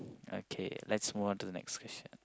okay let's move on to the next question